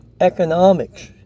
economics